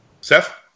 Seth